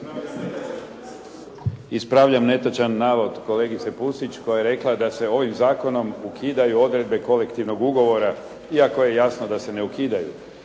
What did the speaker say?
Ispravljam netočan navod kolegice Pusić koja je rekla da se ovim zakonom ukidaju odredbe kolektivnog ugovora iako je jasno da se ne ukidaju.